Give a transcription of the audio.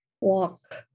walk